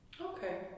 Okay